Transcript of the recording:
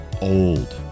old